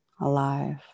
alive